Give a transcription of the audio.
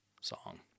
song